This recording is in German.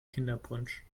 kinderpunsch